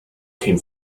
came